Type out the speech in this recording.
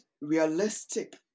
realistic